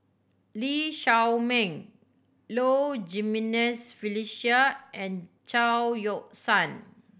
Lee Shao Meng Low Jimenez Felicia and Chao Yoke San